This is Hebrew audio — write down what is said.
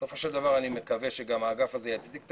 בסוף אני מקווה שבאמת האגף גם יצדיק את